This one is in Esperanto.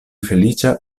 feliĉa